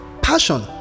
Passion